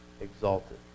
exalted